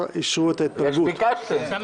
14 אישרו את ההתפלגות.